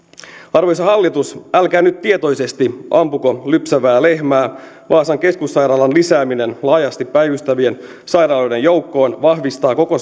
arvoisa hallitus älkää nyt tietoisesti ampuko lypsävää lehmää vaasan keskussairaalan lisääminen laajasti päivystävien sairaaloiden joukkoon vahvistaa koko